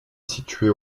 située